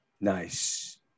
Nice